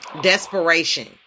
Desperation